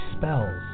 spells